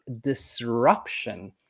disruption